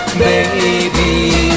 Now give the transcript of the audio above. baby